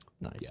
nice